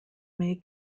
may